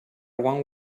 one